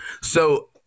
So-